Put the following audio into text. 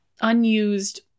unused